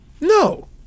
no